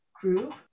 group